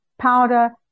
powder